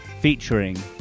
featuring